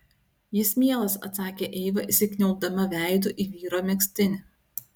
jis mielas atsakė eiva įsikniaubdama veidu į vyro megztinį